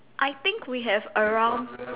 I think we have around